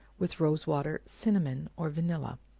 with rose water, cinnamon, or vanilla.